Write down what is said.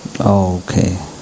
Okay